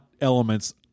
elements